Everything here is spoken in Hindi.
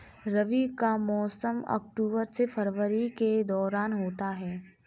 रबी का मौसम अक्टूबर से फरवरी के दौरान होता है